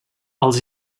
als